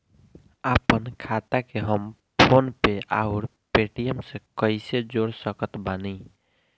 आपनखाता के हम फोनपे आउर पेटीएम से कैसे जोड़ सकत बानी?